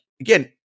again